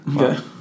Okay